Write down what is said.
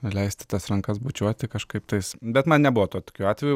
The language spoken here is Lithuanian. leisti tas rankas bučiuoti kažkaip tais bet man nebuvo to tokių atvejų